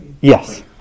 Yes